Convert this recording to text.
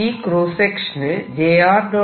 ഈ ക്രോസ്സ് സെക്ഷനിൽ j r